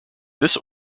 this